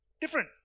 Different